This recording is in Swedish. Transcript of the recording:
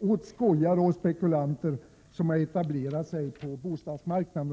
åt skojare och spekulanter som har etablerat sig på bostadsmarknaden.